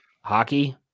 hockey